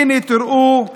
הינה, תראו,